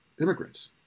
immigrants